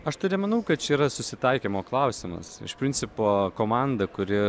aš tai nemanau kad čia yra susitaikymo klausimas iš principo komanda kuri